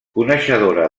coneixedora